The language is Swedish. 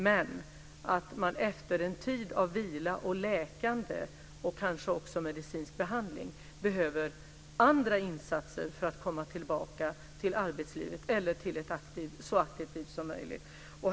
Men efter en tid av vila och läkande, och kanske också medicinsk behandling, behöver man andra insatser för att komma tillbaka till arbetslivet eller till ett så aktivt liv som möjligt.